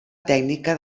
tècnica